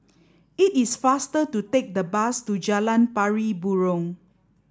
it is faster to take the bus to Jalan Pari Burong